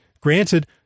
granted